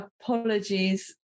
apologies